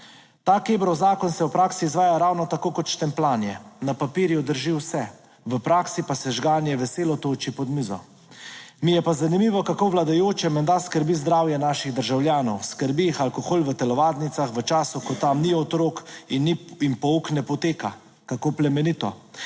Ta Kebrov zakon se v praksi izvaja ravno tako kot štempljanje: na papirju drži vse, v praksi pa se žganje veselo tolče pod mizo. Mi je pa zanimivo, kako vladajoče menda skrbi zdravje naših državljanov. Skrbi jih alkohol v telovadnicah v času, ko tam ni otrok in jim pouk ne poteka. Kako plemenito!